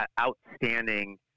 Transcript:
outstanding